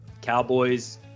Cowboys